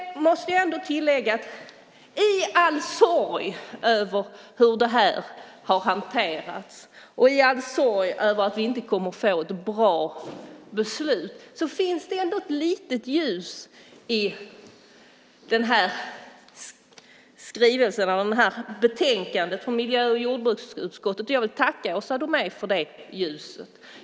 Jag måste ändå tillägga att i all sorg över hur det här har hanterats och i all sorg över att vi inte kommer att få ett bra beslut finns det ändå ett litet ljus i det här betänkandet från miljö och jordbruksutskottet. Jag vill tacka Åsa Domeij för det ljuset.